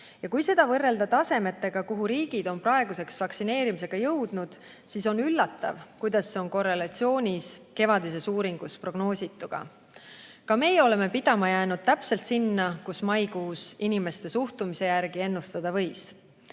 tulemusi võrrelda tasemetega, kuhu riigid on praeguseks vaktsineerimisega jõudnud, siis on üllatav, kuidas see on korrelatsioonis kevadises uuringus prognoosituga. Meie oleme pidama jäänud täpselt sinna, kus maikuus inimeste suhtumise järgi ennustada võis.